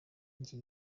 iki